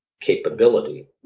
capability